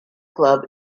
club